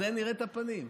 נראה את הפנים.